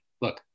Look